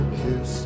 kiss